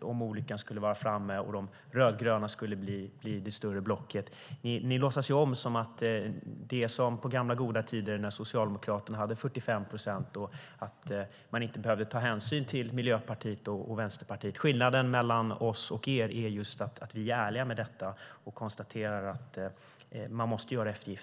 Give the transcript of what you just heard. om olyckan skulle vara framme och de rödgröna skulle bli det större blocket. Ni låtsas som att det är som i gamla tider när Socialdemokraterna hade 45 procent och man inte behövde ta hänsyn till Miljöpartiet och Vänsterpartiet. Skillnaden mellan oss och er är just att vi är ärliga med detta och konstaterar att man måste göra eftergifter.